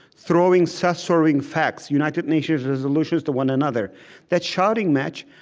throwing self-serving facts, united nations resolutions, to one another that shouting match,